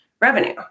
revenue